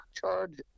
charge